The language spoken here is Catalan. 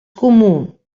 comú